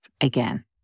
again